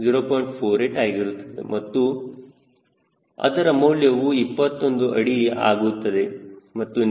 48 ಆಗಿರುತ್ತದೆ ಮತ್ತು ಅದರ ಮೌಲ್ಯವು 21 ಅಡಿ ಆಗುತ್ತದೆ ಮತ್ತು ನಿಜವಾಗಿ ಅದು 21